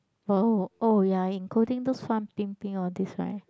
!wow! oh yeah including these farm thing thing all these right